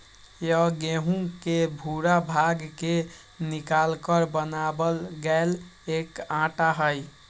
यह गेहूं के भूरा भाग के निकालकर बनावल गैल एक आटा हई